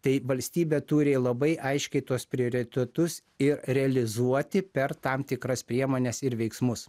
tai valstybė turi labai aiškiai tuos prioritetus ir realizuoti per tam tikras priemones ir veiksmus